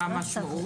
מה המשמעות?